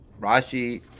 Rashi